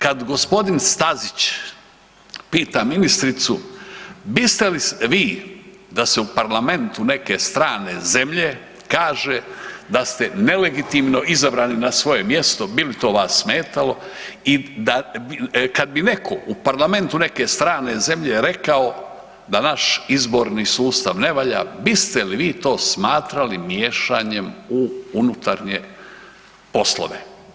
Kad g. Stazić pita ministricu biste li vi da se u parlamentu neke strane zemlje kaže da ste nelegitimno izabrani na svoje mjesto, bi li to vas smetalo i kada bi netko u parlamentu neke strane zemlje rekao da naš izborni sustav ne valja, biste li vi to smatrali miješanjem u unutarnje poslove.